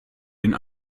den